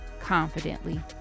confidently